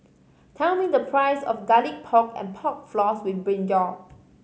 tell me the price of Garlic Pork and Pork Floss with brinjal